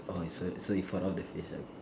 orh so so you fought off the face okay